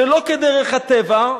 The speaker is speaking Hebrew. שלא כדרך הטבע,